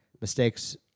mistakes